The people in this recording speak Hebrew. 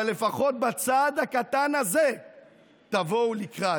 אבל לפחות בצעד הקטן הזה תבואו לקראת.